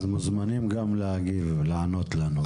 הם מוזמנים גם להגיב, לענות לנו.